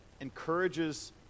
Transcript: encourages